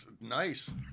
Nice